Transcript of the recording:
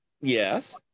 Yes